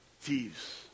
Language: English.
Thieves